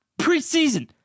preseason